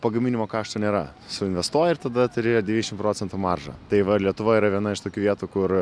pagaminimo kaštų nėra suinvestuoji ir tada turi devyniasdešim procentų maržą tai va lietuvoj yra viena iš tokių vietų kur